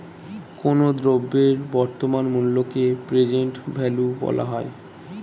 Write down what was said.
কোনো দ্রব্যের বর্তমান মূল্যকে প্রেজেন্ট ভ্যালু বলা হয়